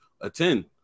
attend